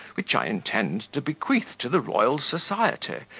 which i intend to bequeath to the royal society,